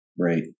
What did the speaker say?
Right